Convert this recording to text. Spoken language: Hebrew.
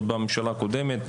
עוד בממשלה הקודמת,